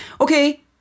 Okay